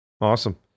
Awesome